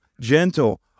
gentle